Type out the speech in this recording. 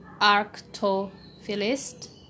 arctophilist